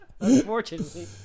Unfortunately